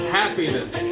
happiness